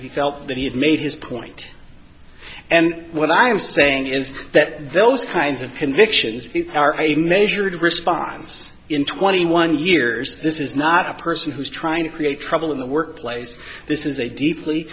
he felt that he had made his point and what i'm saying is that those kinds of convictions are even measured response in twenty one years this is not a person who's trying to create trouble in the workplace this is a deeply